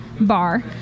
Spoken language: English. bar